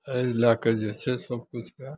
एहि लए कऽ जे छै सबकिछुके